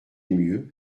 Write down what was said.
mieux